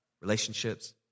relationships